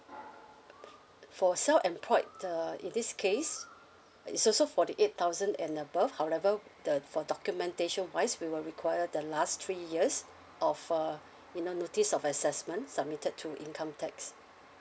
for self-employed uh in this case it's also forty eight thousand and above however the for documentation wise we will require the last three years of uh you know notice of assessment submitted to income tax